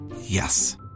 Yes